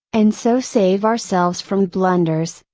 and so save ourselves from blunders,